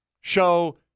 show